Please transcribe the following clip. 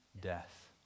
death